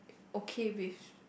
okay with